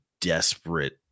desperate